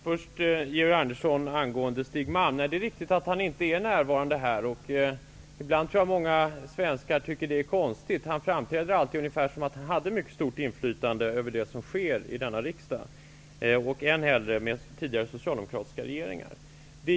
Herr talman! Låt mig först säga till Georg Andersson att det är riktigt att Stig Malm inte är närvarande här. Ibland tror jag många svenskar tycker att det är konstigt. Han framträder alltid som om han hade mycket stort inflytande över det som sker i denna riksdag, speciellt under tidigare socialdemokratiska regeringar.